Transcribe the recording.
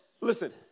listen